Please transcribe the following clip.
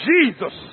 Jesus